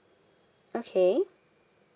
okay